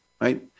right